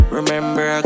Remember